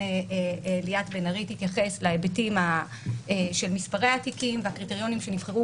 כמובן ליאת בן ארי תתייחס להיבטים של מספרי התיקים והקריטריונים שנבחרו,